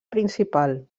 principal